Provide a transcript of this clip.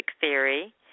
theory